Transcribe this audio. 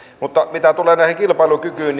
mutta mitä tulee tähän kilpailukykyyn